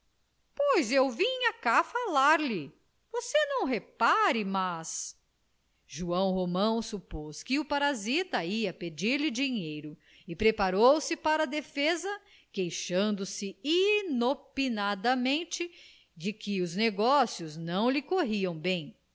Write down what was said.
pois eu vinha cá falar-lhe você não repare mas joão romão supôs que o parasita ia pedir-lhe dinheiro e preparou-se para a defesa queixando-se inopinadamente de que os negócios não lhe corriam bem